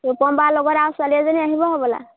ৰপম বৰা লগত আৰু ছোৱালী এজনী আহিব হ'বলা